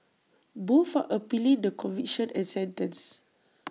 both are appealing the conviction and sentence